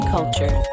Culture